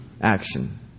action